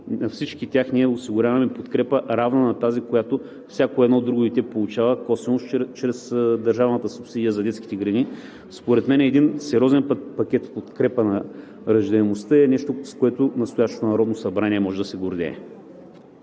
всички тях ние осигуряваме подкрепа, равна на тази, която всяко едно друго дете получава косвено чрез държавната субсидия за детските градини. Според мен е един сериозен пакет в подкрепа на раждаемостта – нещо, с което настоящото Народно събрание може да се гордее.